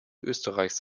österreichs